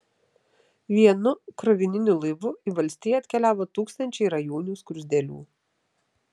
vienu krovininiu laivu į valstiją atkeliavo tūkstančiai rajūnių skruzdėlių